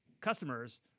customers